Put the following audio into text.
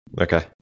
okay